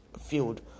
field